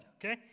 okay